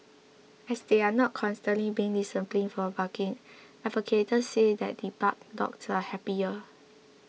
as they are not constantly being disciplined for barking advocates say that debarked dogs are happier